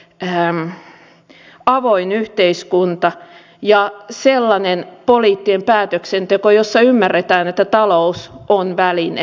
n n varallisuuserot avoin yhteiskunta ja sellainen poliittinen päätöksenteko jossa ymmärretään että talous on väline ei päämäärä